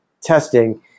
testing